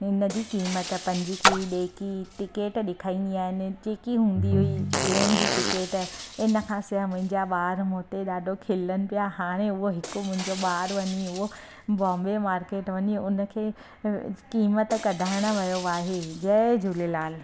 हिनजी कीमत पंजकी ॾेकी टिकिट ॾेखारींदी आहियां ट्रेन जी टिकिट हिनखां सवाइ मुंहिंजा ॿार मूं ते ॾाढो खिलनि पिया हाणे उहो हिक मुंहिंजो ॿारु वञे पियो नॉम्बे मार्केट क वञी क़ीमत कढाइण वियो आहे जय झूलेलाल